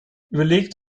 überlegt